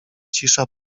cisza